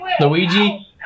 Luigi